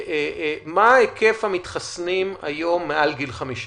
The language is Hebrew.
מה היקף המתחסנים היום מעל גיל 50?